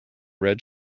red